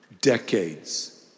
decades